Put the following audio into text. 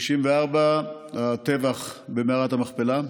מאז 1994, הטבח במערת המכפלה.